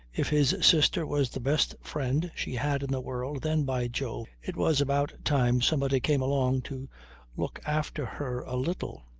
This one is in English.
if his sister was the best friend she had in the world, then, by jove, it was about time somebody came along to look after her a little.